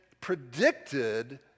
predicted